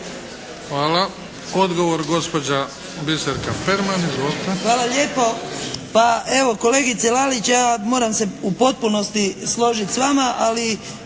Izvolite. **Perman, Biserka (SDP)** Hvala lijepo. Pa evo kolegice Lalić, ja moram se u potpunosti složiti s vama, ali